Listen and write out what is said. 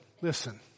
listen